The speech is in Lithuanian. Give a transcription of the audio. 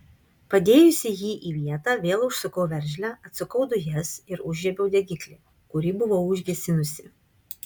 padėjusi jį į vietą vėl užsukau veržlę atsukau dujas ir užžiebiau degiklį kurį buvau užgesinusi